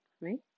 Right